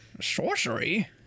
Sorcery